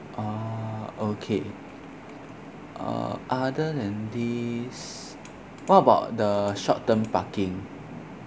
oh okay uh other than this what about the short term parking